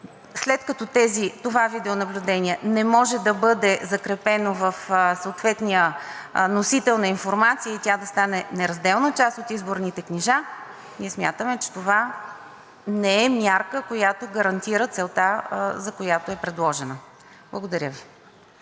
След като тези това видеонаблюдение не може да бъде закрепено в съответния носител на информация и тя да стане неразделна част от изборните книжа, смятаме, че това не е мярка, която гарантира целта, за която е предложена. Благодаря.